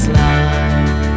life